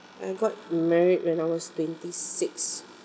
I got married when I was twenty-six